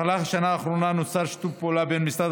במהלך השנה האחרונה נוצר שיתוף פעולה בין משרד